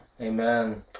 amen